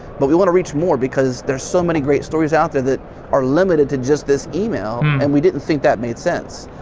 but we want to reach more because there's so many great stories out there that are limited to just this email and we didn't think that made sense.